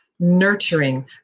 Nurturing